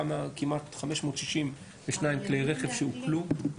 כמעט 562 כלי רכב שעוקלו.